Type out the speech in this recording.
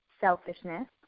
selfishness